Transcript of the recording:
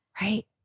right